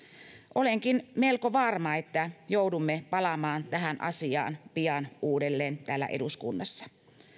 olenkin melko varma että joudumme palaamaan tähän asiaan pian uudelleen täällä eduskunnassa